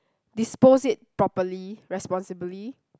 dispose it properly responsibly